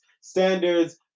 standards